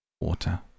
Water